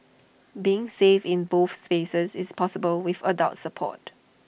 being safe in both spaces is possible with adult support